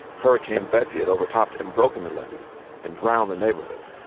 hurricane betsy had overtopped and broken the levees and drowned the neighborhood.